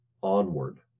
onward